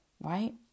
right